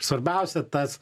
svarbiausia tas